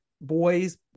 boys